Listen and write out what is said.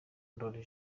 ndoli